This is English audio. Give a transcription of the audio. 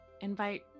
invite